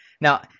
Now